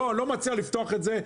ואני לא מציע לפתוח את זה.